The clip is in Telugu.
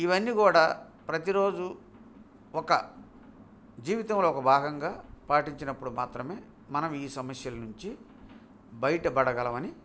ఇవన్నీ కూడా ప్రతిరోజు ఒక జీవితంలో ఒక భాగంగా పాటించినప్పుడు మాత్రమే మనం ఈ సమస్యల నుంచి బయటపడగలమని